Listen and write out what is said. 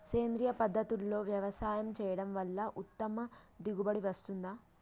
సేంద్రీయ పద్ధతుల్లో వ్యవసాయం చేయడం వల్ల ఉత్తమ దిగుబడి వస్తుందా?